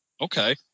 Okay